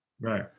Right